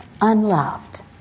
unloved